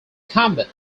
combat